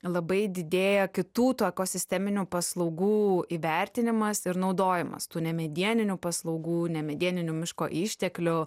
labai didėja kitų tų ekosisteminių paslaugų įvertinimas ir naudojimas tų nemedieninių paslaugų nemedieninių miško išteklių